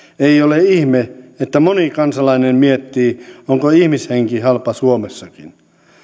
ei ole ihme että moni kansalainen miettii onko ihmishenki halpa suomessakin